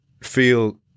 feel